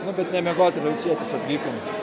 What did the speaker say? nu bet ne miegot ir ilsėtis atvykom